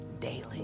daily